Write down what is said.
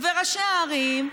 וראשי הערים,